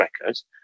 records